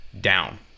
down